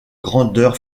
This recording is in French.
grandeur